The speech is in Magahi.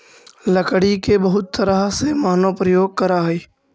लकड़ी के बहुत तरह से मानव प्रयोग करऽ हइ